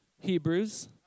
Hebrews